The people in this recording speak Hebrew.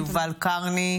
הינני מתכבדת להודיעכם,